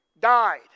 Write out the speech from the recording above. died